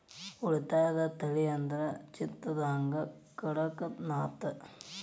ಉಳಿದದ ತಳಿ ಅಂದ್ರ ಚಿತ್ತಗಾಂಗ, ಕಡಕನಾಥ